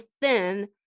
thin